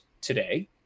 today